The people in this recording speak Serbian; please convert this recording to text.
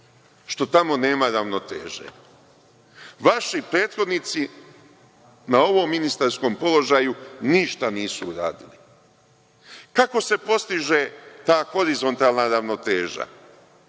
što tamo nema ravnoteže. Vaši prethodnici na ovom ministarskom položaju ništa nisu uradili. Kako se postiže ta horizontalna ravnoteža?